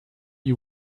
you